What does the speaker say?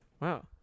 wow